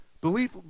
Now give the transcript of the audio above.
Belief